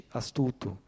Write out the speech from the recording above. astuto